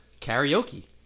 Karaoke